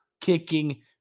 kicking